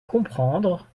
comprendre